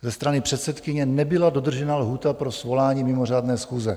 Ze strany předsedkyně nebyla dodržena lhůta pro svolání mimořádné schůze.